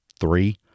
three